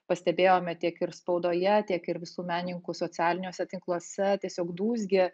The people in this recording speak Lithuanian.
pastebėjome tiek ir spaudoje tiek ir visų menininkų socialiniuose tinkluose tiesiog dūzgė